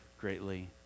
greatly